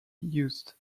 used